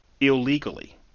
illegally